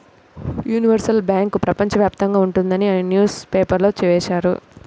universal bank ప్రపంచ వ్యాప్తంగా ఉంటుంది అని న్యూస్ పేపర్లో వేశారు